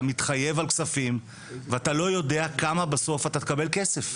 אתה מתחייב על כספים ואתה לא יודע כמה כסף תקבל בסוף.